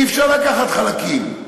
אי-אפשר לקחת חלקים.